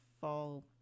fall